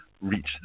reach